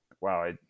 wow